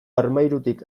armairutik